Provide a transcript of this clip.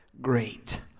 great